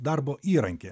darbo įrankį